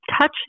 Touch